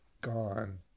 gone